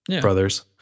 brothers